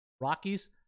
Rockies